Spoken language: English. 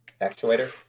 Actuator